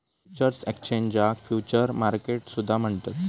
futures एक्सचेंजाक futures market सुद्धा म्हणतत